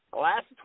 last